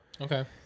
Okay